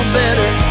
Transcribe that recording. better